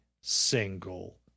single